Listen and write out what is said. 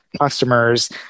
customers